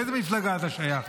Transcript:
לאיזו מפלגה אתה שייך?